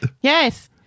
Yes